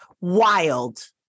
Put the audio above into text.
wild